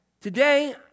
today